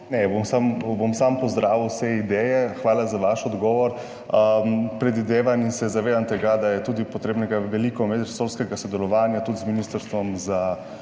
Bom samo pozdravil vse ideje. Hvala za vaš odgovor. Predvidevam in se zavedam tega, da je potrebnega veliko medresorskega sodelovanja, tudi z Ministrstvom za